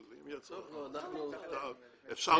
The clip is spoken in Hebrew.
אבל אם צריך בכתב - אפשר.